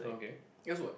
okay here's what